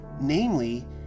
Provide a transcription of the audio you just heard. namely